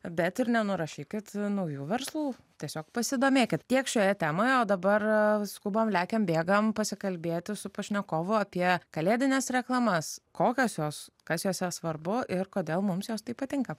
bet ir nenurašykit naujų verslų tiesiog pasidomėkit tiek šioje temoje o dabar skubam lekiam bėgam pasikalbėti su pašnekovu apie kalėdines reklamas kokios jos kas jose svarbu ir kodėl mums jos taip patinka